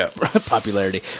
popularity